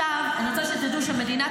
--- עכשיו אני רוצה שתדעו שמדינת